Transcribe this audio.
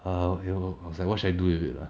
a'ah okay loh I was like what should I do with it ah